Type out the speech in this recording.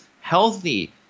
healthy